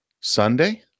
Sunday